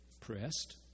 pressed